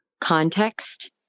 context